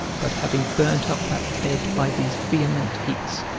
but having burnt up that bed by these vehement heats,